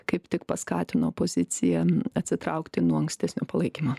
kaip tik paskatino opoziciją atsitraukti nuo ankstesnio palaikymo